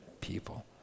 people